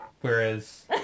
Whereas